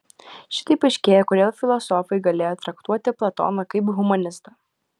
šitaip aiškėja kodėl filosofai galėjo traktuoti platoną kaip humanistą